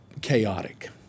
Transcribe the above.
chaotic